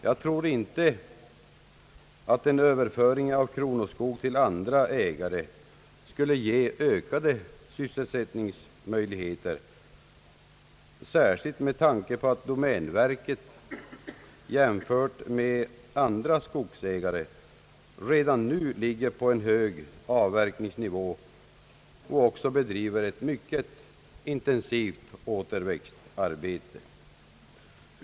Jag tror inte att en Överföring av kronoskog till andra ägare skulle ge ökade sysselsättningsmöjligheter, särskilt med tanke på att domänverket jämfört med andra skogsägare redan nu ligger på en hög avverkningsnivå och även bedriver ett mycket intensivt återväxtarbete.